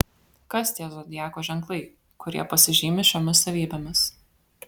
kas tie zodiako ženklai kurie pasižymi šiomis savybėmis